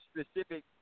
specific